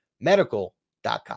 medical.com